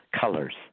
colors